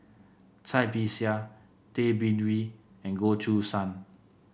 Cai Bixia Tay Bin Wee and Goh Choo San